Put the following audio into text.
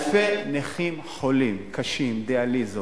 אלפי נכים חולים, קשים, דיאליזות,